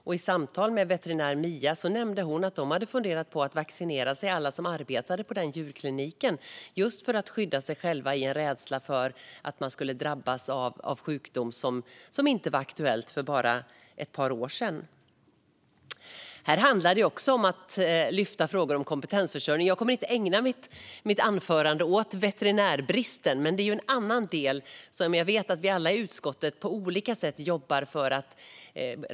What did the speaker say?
I mitt samtal med veterinären Mia nämnde hon att alla som arbetade på den djurkliniken hade funderat på att vaccinera sig för att skydda sig själva. De var rädda för att drabbas av en sjukdom som inte var aktuell för bara ett par år sedan. Det handlar också om att lyfta frågor om kompetensförsörjning. Jag kommer inte att ägna mitt anförande åt veterinärbristen, men det är en del som jag vet att vi alla i utskottet på olika sätt jobbar med.